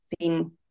seen